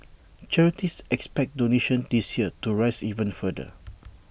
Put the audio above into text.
charities expect donations this year to rise even further